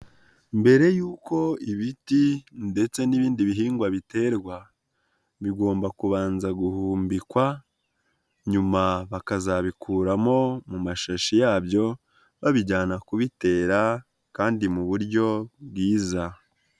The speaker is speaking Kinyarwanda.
Mbere yuko ibiti ndetse n'ibindi bihingwa biterwa bigomba kubanza guhumbikwa, nyuma bakazabikuramo mu mashashi yabyo babijyana kubitera kandi mu buryo bwiza.